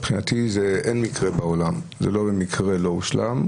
מבחינתי זה לא אין מקרה, לא הושלם.